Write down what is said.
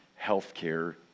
healthcare